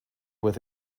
with